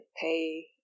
pay